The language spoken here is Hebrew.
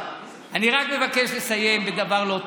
אני רק מבקש לסיים בדבר לא טוב.